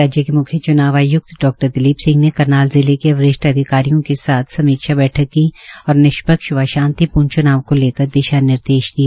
राज्य के मुख्य च्नाव आय्क्त डॉ दलीप सिंह ने करनाल जिले के वरिष्ठ अधिकारीयों के साथ समीक्षा बैठक की और निष्पक्ष व् शांतिप्र्ण च्नाव को लेकर दिशा निर्देश दिए